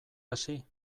hasi